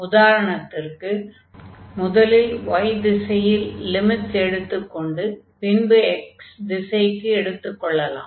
உதாரணத்திற்கு முதலில் y திசையில் லிமிட்ஸ் எடுத்துக்கொண்டு பின்பு x திசைக்கு எடுத்துக் கொள்ளலாம்